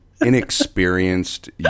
inexperienced